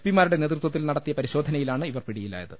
പിമാരുടെ നേതൃത്പത്തിൽ നട ത്തിയ പരിശോധനയിലാണ് ഇവർ പിടിയിലായത്